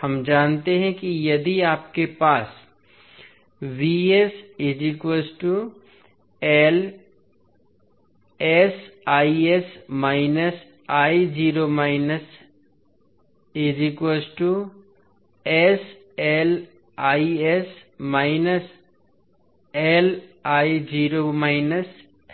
हम जानते हैं कि यदि आपके पास